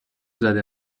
زده